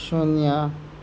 शून्य